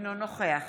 אינו נוכח